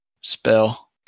spell